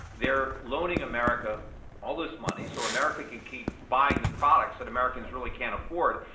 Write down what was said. they're loaning america all this money, so american can keep buying the products that americans really can't afford.